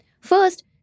First